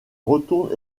retourne